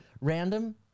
random